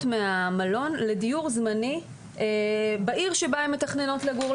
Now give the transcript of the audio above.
מהמלון לדיור זמני בעיר בה הן מתכננות לגור.